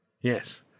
Yes